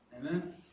Amen